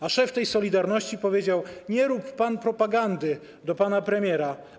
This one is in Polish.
A szef tej „Solidarności” powiedział: nie rób pan propagandy - do pana premiera.